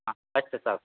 ಹಾಂ ಅಷ್ಟೆ ಸಾಕು